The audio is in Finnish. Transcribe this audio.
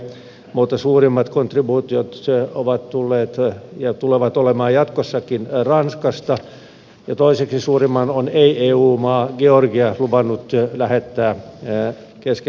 suurimmat kontribuutiot ovat tulleet ja tulevat olemaan jatkossakin ranskasta ja toiseksi suurimman on ei eu maa georgia luvannut lähettää keski afrikan tasavaltaan